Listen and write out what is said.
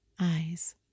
eyes